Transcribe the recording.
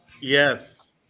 yes